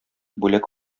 бүләк